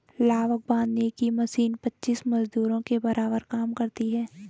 लावक बांधने की मशीन पच्चीस मजदूरों के बराबर काम करती है